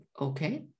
okay